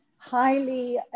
highly